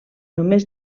només